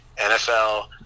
NFL